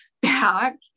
back